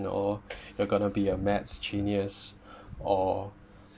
or you are gonna be a maths genius or